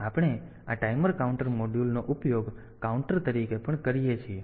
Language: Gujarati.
તેથી આપણે આ ટાઈમર કાઉન્ટર મોડ્યુલનો ઉપયોગ કાઉન્ટર તરીકે પણ કરી શકીએ છીએ